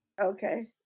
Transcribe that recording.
okay